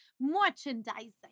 Merchandising